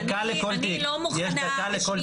דקה לכל תיק, יש דקה לכל תיק.